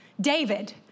David